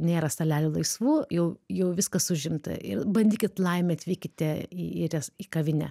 nėra stalelių laisvų jau jau viskas užimta ir bandykit laimę atvykite į į kavinę